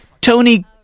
Tony